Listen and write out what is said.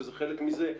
שזה חלק מזה,